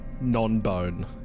non-bone